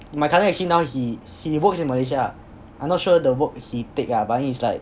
my cousin actually now he he works in malaysia ah I'm not sure the work he take lah but he's like